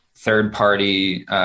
Third-party